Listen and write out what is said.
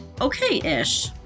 okay-ish